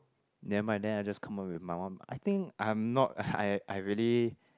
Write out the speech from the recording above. never mind then I just come up with my one I think I'm not I I really